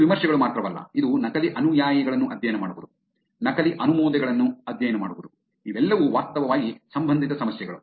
ಇದು ವಿಮರ್ಶೆಗಳು ಮಾತ್ರವಲ್ಲ ಇದು ನಕಲಿ ಅನುಯಾಯಿಗಳನ್ನು ಅಧ್ಯಯನ ಮಾಡುವುದು ನಕಲಿ ಅನುಮೋದನೆಗಳನ್ನು ಅಧ್ಯಯನ ಮಾಡುವುದು ಇವೆಲ್ಲವೂ ವಾಸ್ತವವಾಗಿ ಸಂಬಂಧಿತ ಸಮಸ್ಯೆಗಳು